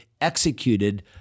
executed